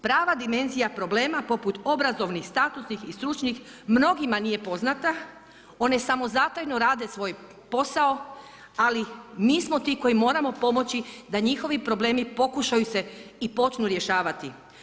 Prava dimenzija problema poput obrazovnih, statusnih i stručnih, mnogima nije poznata, one samozatajno rade svoj posao, ali mi smo ti koji moramo pomoći da njihovi problemi pokušaju se počnu rješavati.